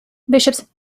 bishops